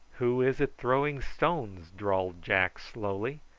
who is it throwing stones? drawled jack slowly.